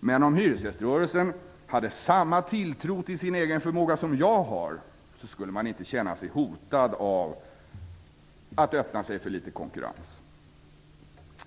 Men om hyresgäströrelsen hade samma tilltro till sin egen förmåga som jag har, skulle den inte känna sig hotad att öppna sig för litet konkurrens.